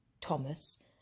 Thomas